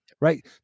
right